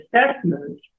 assessment